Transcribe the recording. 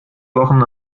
wochen